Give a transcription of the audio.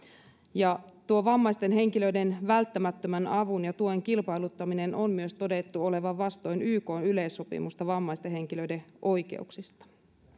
ja tuon vammaisten henkilöiden välttämättömän avun ja tuen kilpailuttamisen on myös todettu olevan vastoin ykn yleissopimusta vammaisten henkilöiden oikeuksista